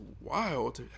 wild